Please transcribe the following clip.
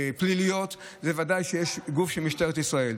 פליליות, בוודאי שיש גוף של משטרת ישראל.